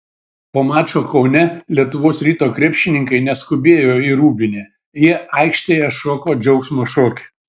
po mačo kaune lietuvos ryto krepšininkai neskubėjo į rūbinę jie aikštėje šoko džiaugsmo šokį